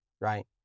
right